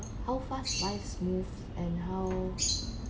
how fast life smooth and how